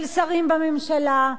של שרים בממשלה.